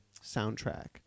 soundtrack